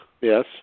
Yes